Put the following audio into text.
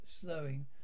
slowing